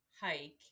hike